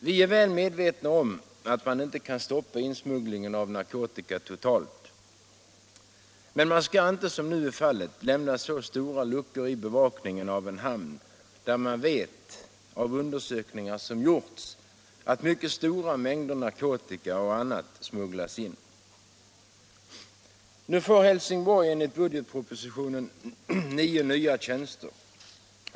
Vi är väl medvetna om att insmugglingen av narkotika inte kan stoppas totalt, men man skall inte, som nu är fallet, lämna stora luckor i bevakningen av en hamn där gjorda undersökningar visar att mycket stora mängder narkotika och annat smugglas in. Nu får Helsingborg enligt budgetpropositionen nio nya tjänster.